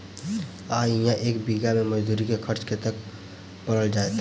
आ इहा एक बीघा मे मजदूरी खर्च कतेक पएर जेतय?